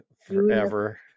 forever